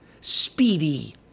speedy